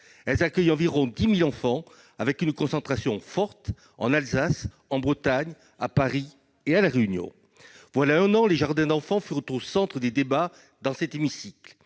Elles accueillent environ 10 000 enfants, avec une forte concentration en Alsace, en Bretagne, à Paris et à La Réunion. Voilà un an, les jardins d'enfants ont été au centre des débats dans cet hémicycle.